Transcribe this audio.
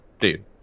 dude